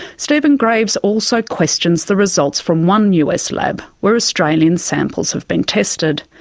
stephen graves also questions the results from one us lab where australian samples have been tested.